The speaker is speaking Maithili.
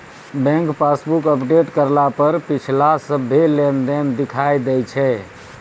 बैंक पासबुक अपडेट करला पर पिछला सभ्भे लेनदेन दिखा दैय छै